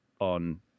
on